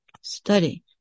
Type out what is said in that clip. Study